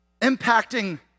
impacting